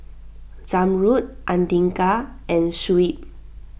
Zamrud andika and Shuib